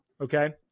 Okay